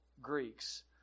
Greeks